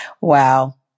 Wow